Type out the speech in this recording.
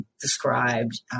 described